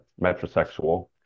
metrosexual